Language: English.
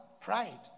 Pride